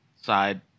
side